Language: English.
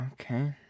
Okay